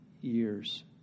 years